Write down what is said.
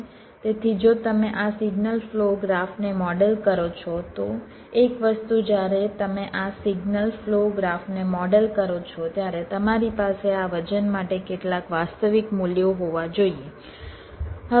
તેથી જો તમે આ સિગ્નલ ફ્લો ગ્રાફને મોડેલ કરો છો તો એક વસ્તુ જ્યારે તમે આ સિગ્નલ ફ્લો ગ્રાફને મોડેલ કરો છો ત્યારે તમારી પાસે આ વજન માટે કેટલાક વાસ્તવિક મૂલ્યો હોવા જોઈએ